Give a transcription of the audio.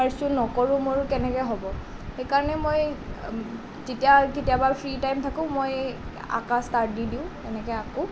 পাৰ্শ্বো নকৰোঁ মোৰ কেনেকৈ হ'ব সেইকাৰণে মই যেতিয়া কেতিয়াবা ফ্ৰি টাইম থাকোঁ মই অঁকা ষ্টাৰ্ট দি দিওঁ সেনেকৈ আকোঁ